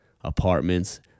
apartments